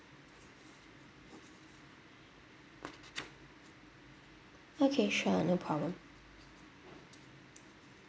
okay sure no problem